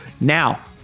now